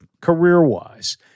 career-wise